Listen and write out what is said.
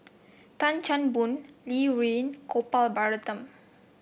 Tan Chan Boon Li Rulin Gopal Baratham